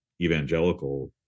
evangelical